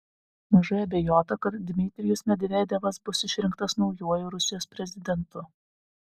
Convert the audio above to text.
mažai abejota kad dmitrijus medvedevas bus išrinktas naujuoju rusijos prezidentu